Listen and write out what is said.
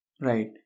Right